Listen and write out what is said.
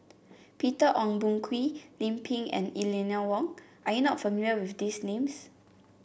Peter Ong Boon Kwee Lim Pin and Eleanor Wong are you not familiar with these names